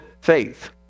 faith